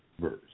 verse